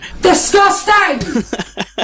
disgusting